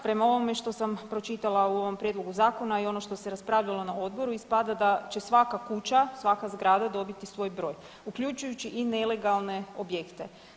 Prema ovome što sam pročitala u ovom prijedlogu zakona i ono što se raspravljalo na odboru ispada da će svaka kuća i svaka zgrada dobiti svoj broj, uključujući i nelegalne objekte.